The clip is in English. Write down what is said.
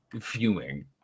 fuming